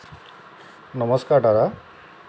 নমষ্কাৰ দাদা